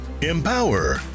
empower